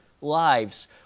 lives